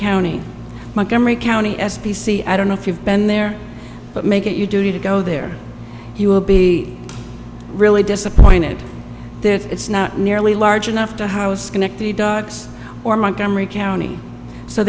county montgomery county s p c i don't know if you've been there but make it your duty to go there he will be really disappointed there it's not nearly large enough to house connect the dogs or montgomery county so